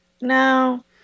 No